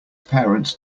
parents